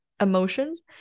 emotions